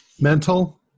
Mental